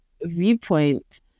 viewpoint